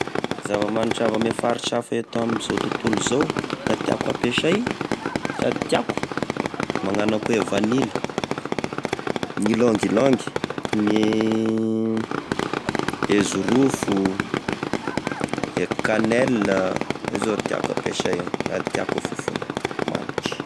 Zava-manitra avy ame faritra hafa eto amin'izao tontolo izao ka tiako ampesay sady tiako! magnano akô e vanilly, ny ylangylang, e zirofo, e kanely io zao tiako ampesay io, sady tiako e fofogny, mangitry!